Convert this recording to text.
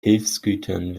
hilfsgütern